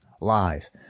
live